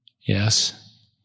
yes